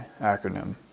acronym